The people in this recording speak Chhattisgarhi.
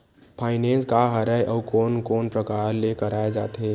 फाइनेंस का हरय आऊ कोन कोन प्रकार ले कराये जाथे?